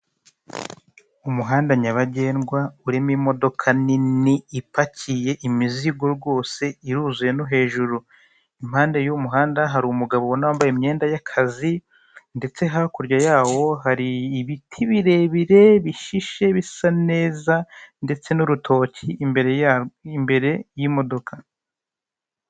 Umuhanda nyabagendwa urimo imodoka Nini ipakiye imizigo rwose iruzuye no hejuru ,impande y' uwo muganda hari umugabo ubona wambaye imyenda yakazi ndetse hakurya yawo hari ibintu birebire bishishe bisa neza ndetse n' urutoki imbere y'imodoka.